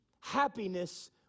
happiness